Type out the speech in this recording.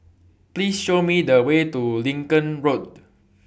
Please Show Me The Way to Lincoln Road